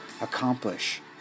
accomplish